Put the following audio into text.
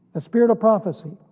spirit of prophecy.